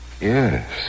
Yes